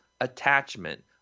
attachment